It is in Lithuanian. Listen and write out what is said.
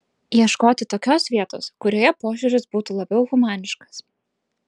ieškoti tokios vietos kurioje požiūris būtų labiau humaniškas